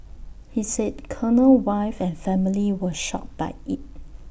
he said Cornell wife and family were shocked by IT